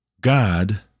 God